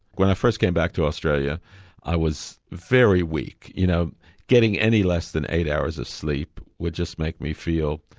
when i first came back to australia i was very weak, you know getting any less than eight hours of sleep would just make me feel,